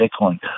Bitcoin